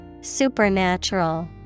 Supernatural